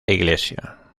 iglesia